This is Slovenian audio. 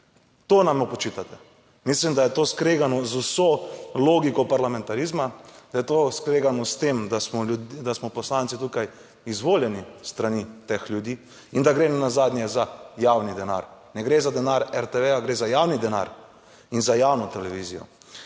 To nam očitate. Mislim, da je to skregano z vso logiko parlamentarizma, da je to skregano s tem, da smo ljud…, da smo poslanci tukaj izvoljeni s strani teh ljudi in da gre nenazadnje za javni denar. Ne gre za denar RTV, gre za javni denar in za javno televizijo.